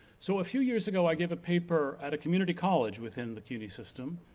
so, a few years ago i gave a paper at a community college within the cuny system,